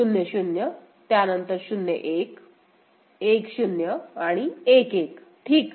0 0 त्यानंतर 0 1 1 0 आणि 1 1 ठीक